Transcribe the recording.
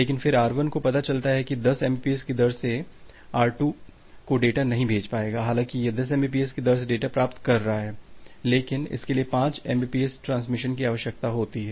लेकिन फिर R1 को पता चला कि वह 10 mbps की दर से R2 को डेटा नहीं भेज पाएगा हालाँकि यह 10 mbps की दर से डेटा प्राप्त कर रहा है लेकिन इसके लिए 5 mbps ट्रांसमिशन की आवश्यकता होती है